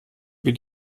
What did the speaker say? wie